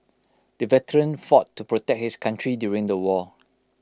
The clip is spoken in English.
the veteran fought to protect his country during the war